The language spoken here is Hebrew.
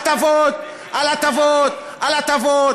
הטבות על הטבות על הטבות.